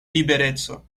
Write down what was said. libereco